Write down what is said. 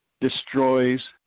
destroys